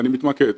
אני מתמקד.